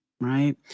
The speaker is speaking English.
Right